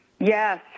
Yes